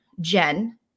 Jen